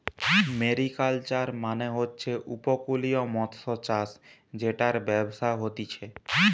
mariculture মানে হচ্ছে উপকূলীয় মৎস্যচাষ জেটার ব্যবসা হতিছে